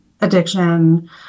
addiction